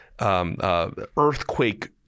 Earthquake